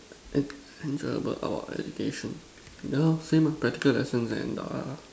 enjoyable about our education ya lor same ah practical lessons and err